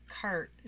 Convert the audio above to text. cart